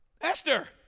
Esther